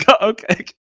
okay